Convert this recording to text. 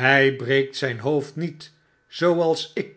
by breekt zyn hoofd niet zooals ik